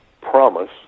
promise